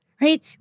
right